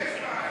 יש בעיה.